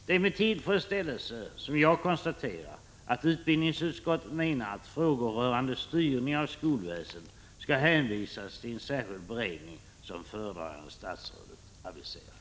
Det är med tillfredsställelse som jag konstaterar att utbildningsutskottet menar att frågor rörande styrning av skolväsendet skall hänvisas till en särskild beredning, som föredragande statsrådet aviserat.